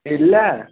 इसलै